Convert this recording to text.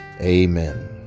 amen